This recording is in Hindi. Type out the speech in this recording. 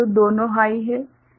तो दोनों हाइहैं